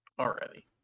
already